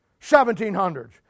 1700s